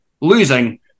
losing